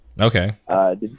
Okay